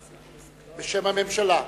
בשם הממשלה,